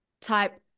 type